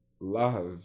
love